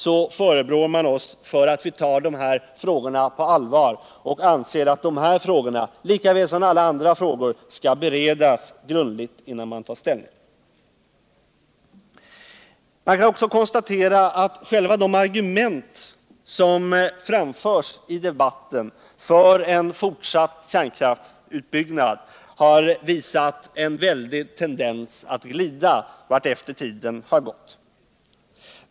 så förebrår de oss för att vi tar de här frågorna på allvar och anser att de — liksom alla andra frågor — skall beredas grundligt innan man tar ställning. Man kan också konstatera att de argument som framförs i debatten för en fortsatt kärnkraftsutbyggnad har visat en väldig tendens att glida vartefter tiden gått.